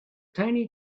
tiny